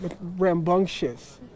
rambunctious